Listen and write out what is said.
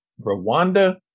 Rwanda